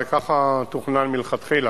זה ככה תוכנן מלכתחילה,